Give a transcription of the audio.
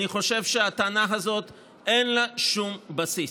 אני חושב שהטענה הזו אין לה שום בסיס.